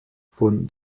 von